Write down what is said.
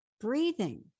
Breathing